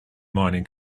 mining